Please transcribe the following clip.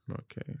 Okay